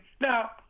Now